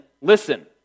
listen